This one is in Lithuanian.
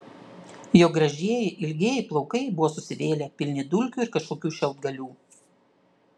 jo gražieji ilgieji plaukai buvo susivėlę pilni dulkių ir kažkokių šiaudgalių